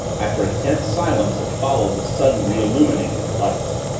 after a tense silence that followed the sudden reillumining of the lights.